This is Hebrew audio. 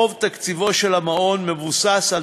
רוב תקציבו של המעון מבוסס על